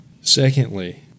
Secondly